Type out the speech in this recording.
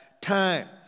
time